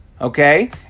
okay